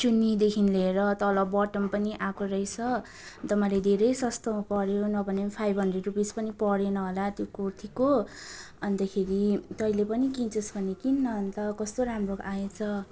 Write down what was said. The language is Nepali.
चुन्नीदेखि लिएर तल बटम पनि आएको रहेछ अन्त मैले धेरै सस्तोमा पऱ्यो नभनेको पनि फाइभ हन्ड्रेड रुपिस पनि परेन होला त्यो कुर्तीको अन्तखेरि तैँले पनि किन्छस् भने किन् न अन्त कस्तो राम्रो आएछ